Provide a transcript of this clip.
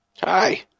Hi